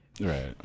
Right